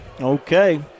Okay